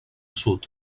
sud